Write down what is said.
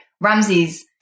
Ramsey's